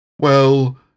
Well